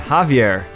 Javier